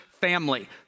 family